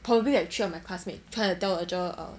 probably like three of my classmate trying to tell the cher um